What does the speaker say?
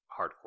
hardcore